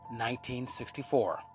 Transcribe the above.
1964